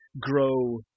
grow